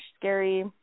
scary